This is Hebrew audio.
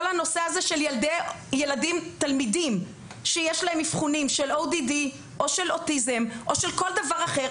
כל הנושא של תלמידים עם אבחוני ODD או של אוטיזם או כל דבר אחר,